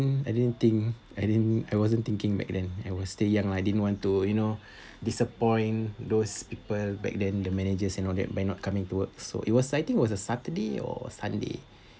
I didn't think I didn't I wasn't thinking back then I was still young I didn't want to you know disappoint those people back then the managers and all that by not coming to work so it was I think was a saturday or sunday